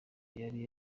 yari